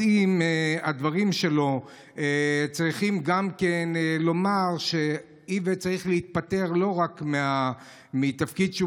אז עם הדברים שלו צריכים גם לומר שאיווט צריך להתפטר לא רק מהתפקיד שהוא